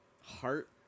heart